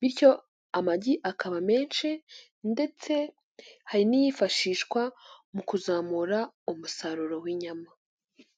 bityo amagi akaba menshi ndetse hari n'iyifashishwa mu kuzamura umusaruro w'inyama.